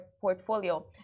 portfolio